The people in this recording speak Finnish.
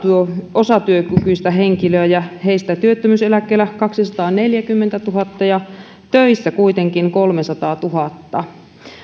osatyökykyistä henkilöä ja heistä työttömyyseläkkeellä kaksisataaneljäkymmentätuhatta ja töissä kuitenkin kolmesataatuhatta